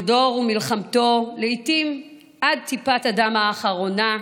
כל דור ומלחמתו, לעתים עד טיפת הדם האחרונה,